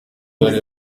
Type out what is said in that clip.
rebero